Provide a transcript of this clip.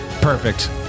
perfect